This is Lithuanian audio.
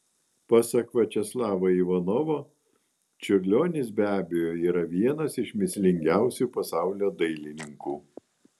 pasak viačeslavo ivanovo čiurlionis be abejo yra vienas iš mįslingiausių pasaulio dailininkų